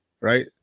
right